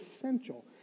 essential